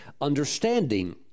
Understanding